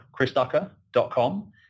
chrisducker.com